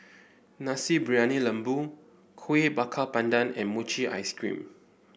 Nasi Briyani Lembu Kueh Bakar Pandan and Mochi Ice Cream